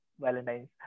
Valentine's